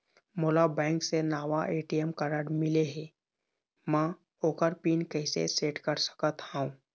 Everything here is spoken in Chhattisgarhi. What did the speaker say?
मोला बैंक से नावा ए.टी.एम कारड मिले हे, म ओकर पिन कैसे सेट कर सकत हव?